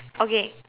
okay